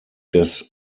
des